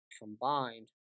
combined